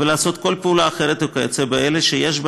ולעשות כל פעולה אחרת כיוצא באלה שיש בה